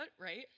right